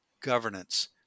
governance